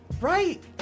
Right